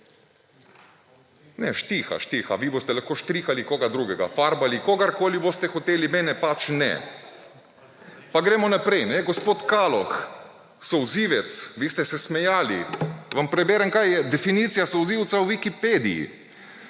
Štiha, štiha, vi boste lahko štrihali koga drugega, farbali kogarkoli boste hoteli, mene pač ne. Pa gremo naprej, gospod Kaloh. Solzivec. Vi ste se smejali. Vam preberem, kaj je definicija solzivca v Wikipediji?